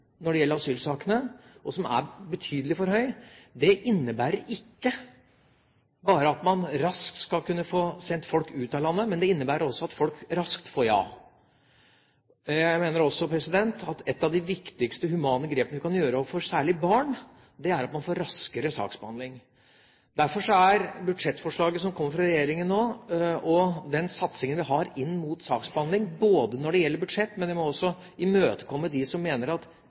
som er betydelig for høy når det gjelder asylsakene, innebærer ikke bare at man raskt skal kunne få sendt folk ut av landet, men det innebærer også at folk raskt får et ja. Jeg mener også at et av de viktigste humane grepene vi kan gjøre, særlig overfor barn, er å få til en raskere saksbehandling. Forslaget som kommer fra regjeringa nå, og den satsingen vi har inn mot saksbehandling, gjelder budsjettet, men vi må også imøtekomme de som mener at